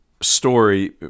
story